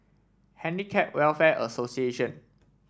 Handicap Welfare Association